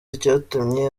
icyatumye